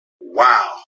Wow